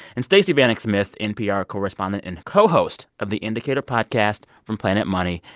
and stacey vanek smith, npr correspondent and co-host of the indicator podcast from planet money.